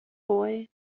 boy